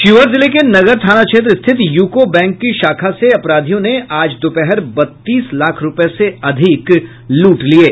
शिवहर जिले के नगर थाना क्षेत्र स्थित यूको बैंक की शाखा से अपराधियों ने आज दोपहर बत्तीस लाख रूपये से अधिक लूट लिये